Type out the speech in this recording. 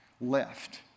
left